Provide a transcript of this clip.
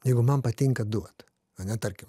jeigu man patinka duot ane tarkim